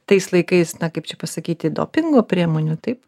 tais laikais na kaip čia pasakyti dopingo priemonių taip